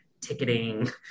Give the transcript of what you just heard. ticketing